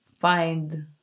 Find